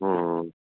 हा